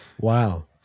Wow